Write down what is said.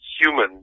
human